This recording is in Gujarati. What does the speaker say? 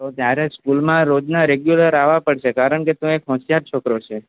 તો તારે સ્કૂલમાં રોજના રેગ્યુલર આવા પડશે કારણકે તું એક હોશિયાર છોકરો છે